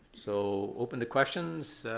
so open to questions.